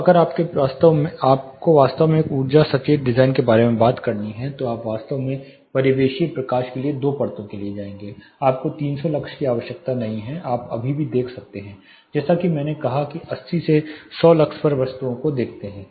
तो अगर आपको वास्तव में एक ऊर्जा सचेत डिजाइन के बारे में बात करनी है तो आप वास्तव में परिवेशीय प्रकाश के लिए दो परतों के लिए जाएंगे आपको 300 लक्स की आवश्यकता नहीं है आप अभी भी देख सकते हैं जैसा कि मैंने कहा कि 80 से 100 लक्स पर वस्तुओं को देखते हैं